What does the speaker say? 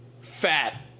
Fat